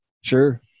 Sure